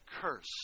curse